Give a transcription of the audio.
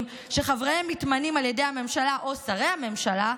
שחבריהם מתמנים על ידי הממשלה או שרי הממשלה,